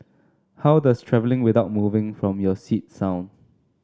how does travelling without moving from your seat sound